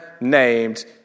named